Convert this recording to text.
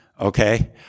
Okay